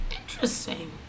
Interesting